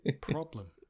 Problem